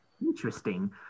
Interesting